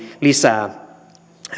lisää